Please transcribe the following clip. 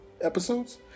episodes